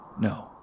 No